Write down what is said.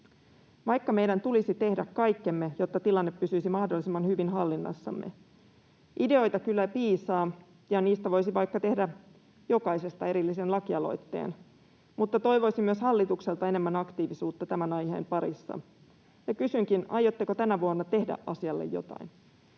vaikka meidän tulisi tehdä kaikkemme, jotta tilanne pysyisi mahdollisimman hyvin hallinnassamme. Ideoita kyllä piisaa, ja niistä voisi vaikka tehdä jokaisesta erillisen lakialoitteen, mutta toivoisi myös hallitukselta enemmän aktiivisuutta tämän aiheen parissa. Kysynkin: aiotteko tänä vuonna tehdä asialle jotain?